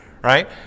Right